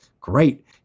Great